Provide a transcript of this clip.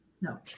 No